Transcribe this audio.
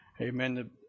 amen